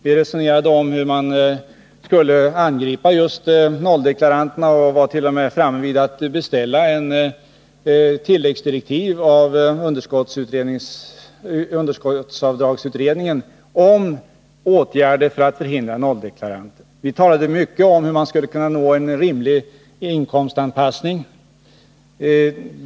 Vi resonerade om hur man skulle angripa just nolldeklaranterna och var t.o.m. framme vid att ge tilläggsdirektiv till underskottsavdragsutredningen om utredning av åtgärder för att förhindra nolldeklarationer. Vi talade mycket om hur man skulle kunna nå en rimlig inkomstanpassning.